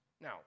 Now